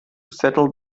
settle